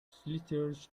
slithered